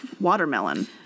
watermelon